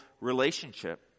relationship